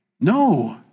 No